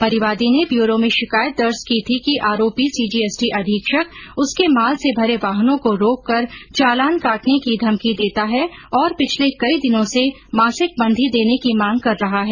परिवादी ने ब्यूरो में शिकायत दर्ज की थी कि आरोपी सीजीएसटी अधीक्षक उसके माल से भरे वाहनों को रोककर चालान काटने की धमकी देता है और पिछले कई दिनों से मासिक बंधी देने की मांग कर रहा है